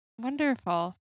Wonderful